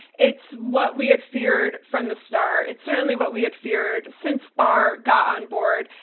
it's what we had feared from the start. it's certainly what we had feared since barr got on board,